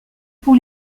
pour